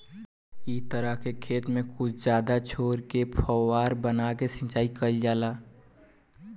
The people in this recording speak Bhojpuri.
इ तरीका से खेत में कुछ जगह छोर के फौवारा बना के सिंचाई कईल जाला